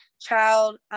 child